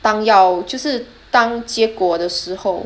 当要就是当结果的时候